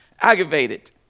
aggravated